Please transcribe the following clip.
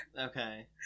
okay